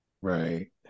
right